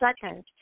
second